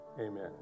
Amen